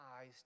eyes